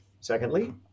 secondly